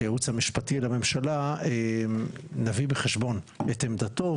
שהייעוץ המשפטי לממשלה נביא בחשבון את עמדתו,